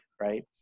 right